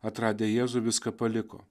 atradę jėzų viską paliko